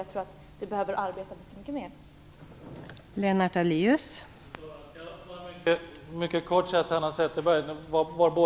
Jag tror att vi behöver arbeta mycket mer med detta.